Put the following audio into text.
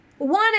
One